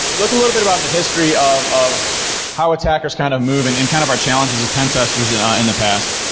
like a little bit about the history of of how attackers kind of move and and kind of our challenges as pin testers yeah in the past.